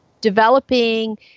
developing